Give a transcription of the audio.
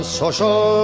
social